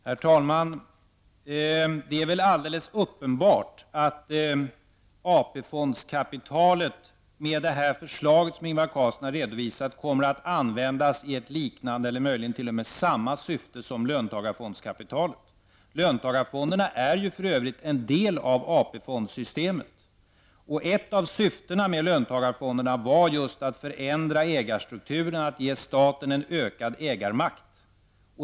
Herr talman! Det är alldeles uppenbart att AP Carlsson här har redovisat kommer att användas i ett liknande eller t.o.m. samma syfte som löntagarfondernas kapital. Löntagarfonderna är för övrigt en del av AP-fondsystemet. Ett av syftena med löntagarfonderna var just att förändra ägarstrukturerna och ge staten en ökad ägarmakt.